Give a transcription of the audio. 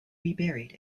reburied